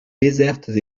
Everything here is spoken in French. désertes